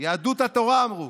יהדות התורה אמרו: